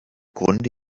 grunde